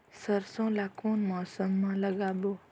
सरसो ला कोन मौसम मा लागबो?